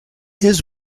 his